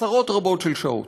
עשרות רבות של שעות,